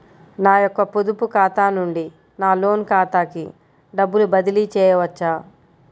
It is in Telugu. నా యొక్క పొదుపు ఖాతా నుండి నా లోన్ ఖాతాకి డబ్బులు బదిలీ చేయవచ్చా?